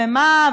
ומה,